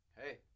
hey